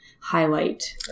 highlight